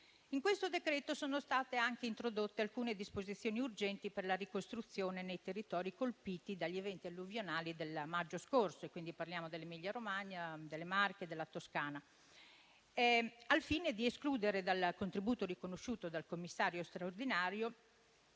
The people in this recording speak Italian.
In questo decreto-legge sono state anche introdotte alcune disposizioni urgenti per la ricostruzione nei territori colpiti dagli eventi alluvionali del maggio scorso (parliamo quindi dell'Emilia-Romagna, delle Marche e della Toscana), al fine di escludere dal contributo riconosciuto dal commissario straordinario